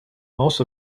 most